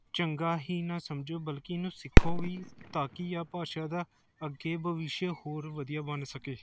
ਚੰਗਾ ਹੀ ਨਾ ਸਮਝੋ ਬਲਕਿ ਇਹਨੂੰ ਸਿੱਖੋ ਵੀ ਤਾਂ ਕਿ ਆਹ ਭਾਸ਼ਾ ਦਾ ਅੱਗੇ ਭਵਿੱਖ ਹੋਰ ਵਧੀਆ ਬਣ ਸਕੇ